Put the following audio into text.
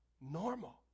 normal